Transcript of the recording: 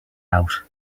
out